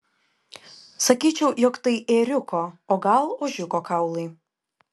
sakyčiau jog tai ėriuko o gal ožiuko kaulai